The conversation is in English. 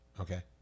Okay